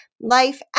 life